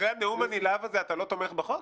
אחרי הנאום הנלהב הזה אתה לא תומך בחוק?